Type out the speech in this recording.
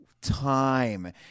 time